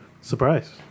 Surprise